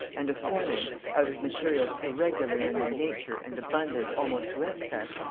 and of forming out of materials irregular in their nature and abundant almost to excess,